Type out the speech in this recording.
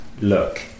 look